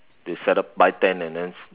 they set up buy tent and then